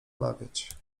mawiać